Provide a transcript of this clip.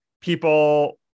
people